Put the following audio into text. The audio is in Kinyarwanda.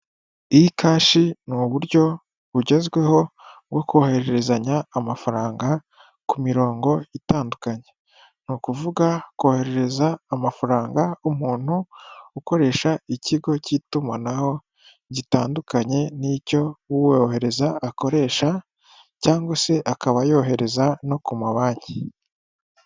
I kashi ni uburyo bugezweho bwo kohererezanya amafaranga ku mirongo itandukanye. Ni ukuvuga koherereza amafaranga umuntu ukoresha ikigo cy'itumanaho gitandukanye n'icyo uwohereza akoresha cyangwa se akaba yohereza no ku mabanki.